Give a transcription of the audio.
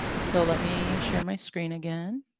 so, let me share my screen again.